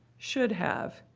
should have,